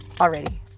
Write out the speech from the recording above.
already